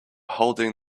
holding